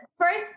first